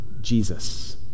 Jesus